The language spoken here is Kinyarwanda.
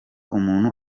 umuntu